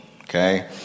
okay